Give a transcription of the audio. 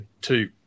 two